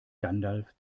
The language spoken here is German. gandalf